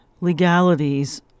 legalities